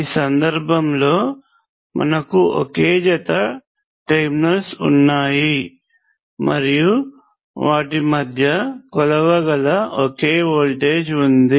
ఈ సందర్భంలో మనకు ఒకే జత టెర్మినల్స్ ఉన్నాయి మరియు వాటి మధ్య కొలవగల ఒకే వోల్టేజ్ ఉంది